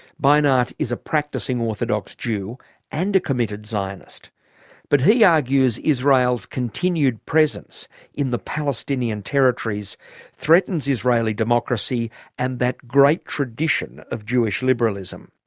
beinart is a practising orthodox jew and a committed zionist but he argues israel's continued presence in the palestinian territories threatens israeli democracy and that great tradition of jewish liberalism.